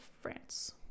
france